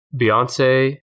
Beyonce